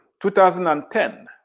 2010